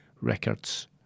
Records